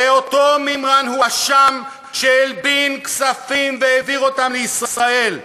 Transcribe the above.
הרי אותו מימרן הואשם שהלבין כספים והעביר אותם לישראל.